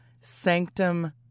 sanctum